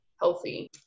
healthy